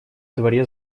дворе